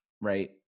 right